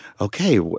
okay